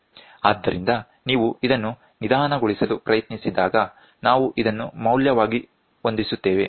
ಆದ್ದರಿಂದ ನೀವು ಇದನ್ನು ನಿಧಾನಗೊಳಿಸಲು ಪ್ರಯತ್ನಿಸಿದಾಗ ನಾವು ಇದನ್ನು ಮೌಲ್ಯವಾಗಿ ಹೊಂದಿಸುತ್ತೇವೆ